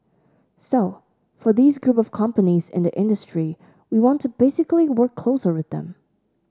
so for these group of companies in the industry we want to basically work closer with them